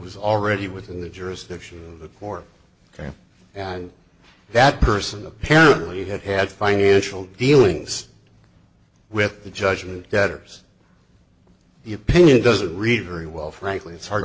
was already within the jurisdiction of the court ok and that person apparently had had financial dealings with the judge and debtors the opinion doesn't read very well frankly it's hard